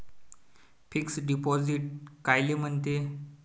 Fix deposit कायले म्हनते?